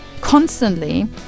constantly